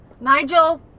Nigel